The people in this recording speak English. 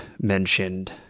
mentioned